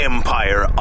Empire